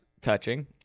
touching